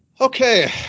Okay